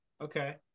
okay